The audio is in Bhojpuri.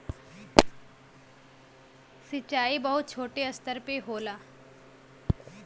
सिंचाई बहुत छोटे स्तर पे होला